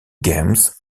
games